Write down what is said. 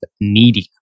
needing